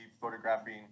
photographing